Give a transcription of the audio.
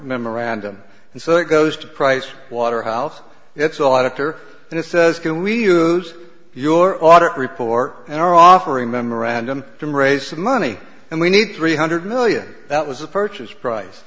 memorandum and so it goes to price waterhouse it's all out of her and it says can we use your audit report and our offering memorandum can raise some money and we need three hundred million that was a purchase price